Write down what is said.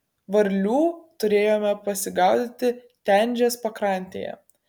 varlių turėjome prisigaudyti tenžės pakrantėje